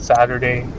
Saturday